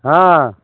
हँ